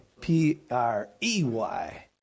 P-R-E-Y